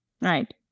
Right